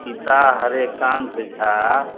पिता हरिकान्त झा